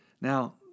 Now